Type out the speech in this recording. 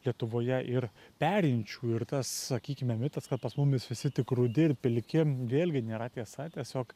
lietuvoje ir perinčių ir tas sakykime mitas kad pas mumis visi tik rudi ir pilki vėlgi nėra tiesa tiesiog